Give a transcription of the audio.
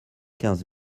quinze